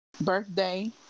birthday